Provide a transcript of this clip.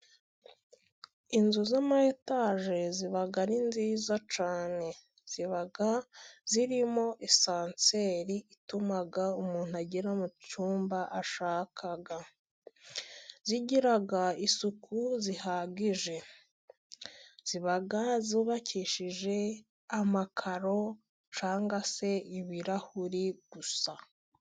Inzu z'ama etaje ziba ari nziza cyane, ziba zirimo esanseri ituma umuntu agera mu cyumba ashaka, zigira isuku ihagije, ziba zubakishije amakaro cyangwa se ibirahuri gusa.